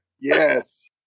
Yes